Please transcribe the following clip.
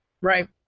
Right